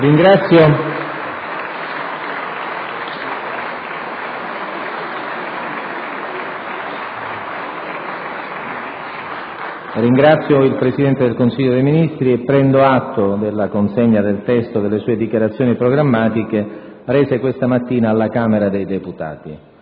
Ringrazio il Presidente del Consiglio dei ministri e prendo atto della consegna del testo delle sue dichiarazioni programmatiche, rese questa mattina alla Camera dei deputati.